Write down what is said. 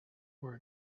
were